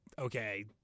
okay